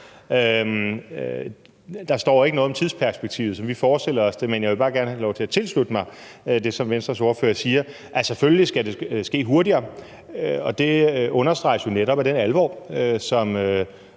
Der står ikke noget om det tidsperspektiv, vi forestiller os, men jeg vil bare gerne have lov til at tilslutte mig det, som Venstres ordfører siger, at det selvfølgelig skal ske hurtigere. Det understreges jo netop af den alvorlige